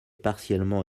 partiellement